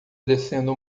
descendo